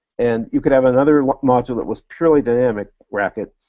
and you could have another like module that was purely dynamic, racket,